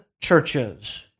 churches